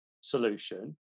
solution